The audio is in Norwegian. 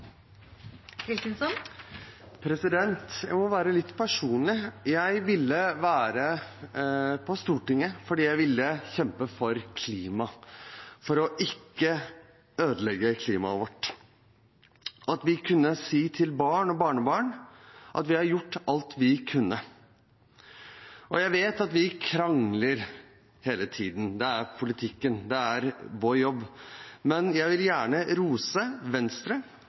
Jeg må være litt personlig. Jeg ville på Stortinget fordi jeg ville kjempe for klimaet, for ikke å ødelegge klimaet vårt, sånn at vi kunne si til barn og barnebarn at vi har gjort alt vi kunne. Jeg vet at vi krangler hele tiden – det er politikken, det er vår jobb – men jeg vil gjerne rose Venstre,